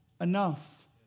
enough